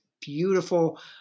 beautiful